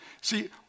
See